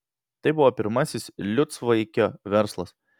tai buvo pirmasis liucvaikio verslas